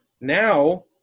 Now